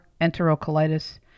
enterocolitis